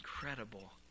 incredible